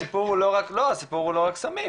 הסיפור הוא לא רק סמים,